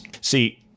See